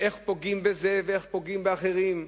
איך פוגעים בזה ואיך פוגעים באחרים.